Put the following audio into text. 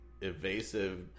evasive